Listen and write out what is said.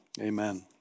amen